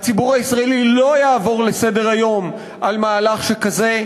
הציבור הישראלי לא יעבור לסדר-היום על מהלך שכזה.